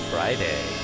Friday